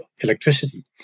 electricity